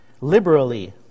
liberally